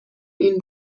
این